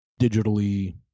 digitally